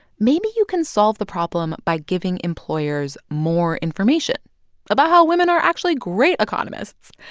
maybe you can solve the problem by giving employers more information about how women are actually great economists.